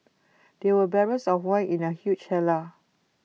there were barrels of wine in the huge cellar